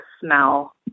smell